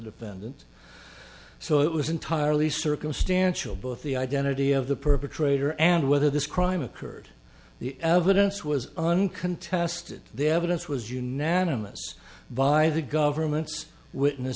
defendant so it was entirely circumstantial both the identity of the perpetrator and whether this crime occurred the evidence was uncontested the evidence was unanimous by the government's witness